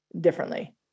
differently